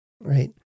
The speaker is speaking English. right